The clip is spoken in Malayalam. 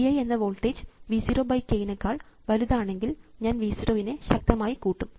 V i എന്ന വോൾട്ടേജ് V 0 k നെക്കാൾ വലുതാണെങ്കിൽ ഞാൻ V 0 നെ ശക്തമായി കൂട്ടും